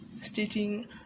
stating